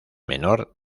menor